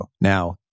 Now